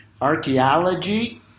Archaeology